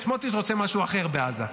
סמוטריץ' רוצה משהו אחר בעזה.